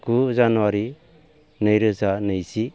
गु जानुवारि नैरोजा नैजि